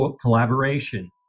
collaboration